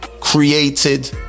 created